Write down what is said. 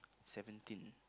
seventeen